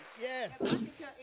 Yes